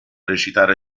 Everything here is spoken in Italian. recitare